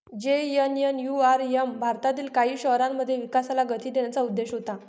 JNNURM भारतातील काही शहरांमध्ये विकासाला गती देण्याचा उद्देश होता